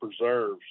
preserves